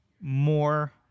more